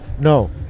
no